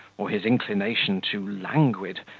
or his inclination too languid,